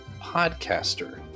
podcaster